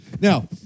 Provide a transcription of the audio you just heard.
Now